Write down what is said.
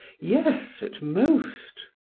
yes, at most.